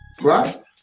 right